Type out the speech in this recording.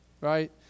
Right